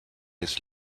his